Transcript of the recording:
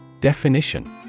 Definition